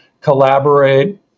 collaborate